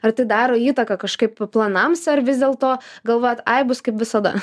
ar tai daro įtaką kažkaip planams ar vis dėlto galvojat ai bus kaip visada